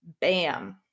Bam